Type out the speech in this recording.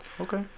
Okay